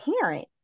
parent